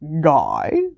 Guy